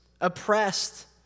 oppressed